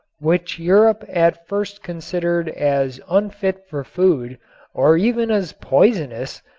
which europe at first considered as unfit for food or even as poisonous,